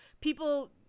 people